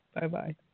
Bye-bye